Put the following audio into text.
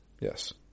Yes